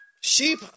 Sheep